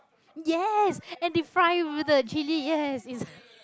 yes and they fry with the chilli yes